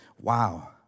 wow